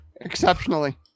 exceptionally